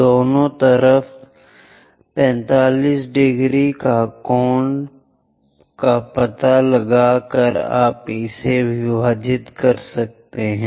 दोनों तरफ 45 ° कोण का पता लगाएँ इसे एक लाइन से जोड़ दें